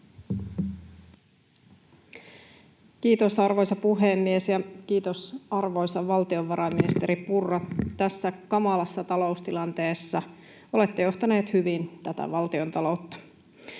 Kiitos, arvoisa puhemies! Ja kiitos, arvoisa valtiovarainministeri Purra! Tässä kamalassa taloustilanteessa olette johtanut hyvin tätä valtiontaloutta.